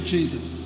Jesus